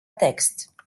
text